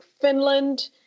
Finland